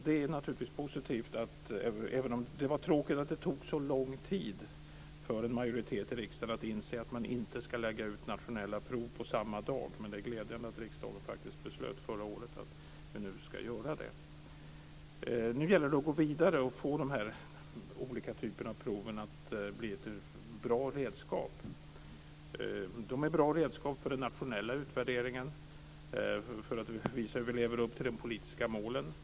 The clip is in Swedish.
Det var tråkigt att det tog så lång tid för en majoritet i riksdagen att inse att man ska lägga ut nationella prov på samma dag. Men det är glädjande att riksdagen faktiskt beslöt förra året att vi nu ska göra det. Nu gäller det att gå vidare och få de här olika typerna av prov att bli bra redskap. De är bra redskap för den nationella utvärderingen och för att visa hur vi lever upp till de politiska målen.